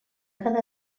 quedar